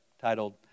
titled